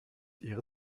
ihre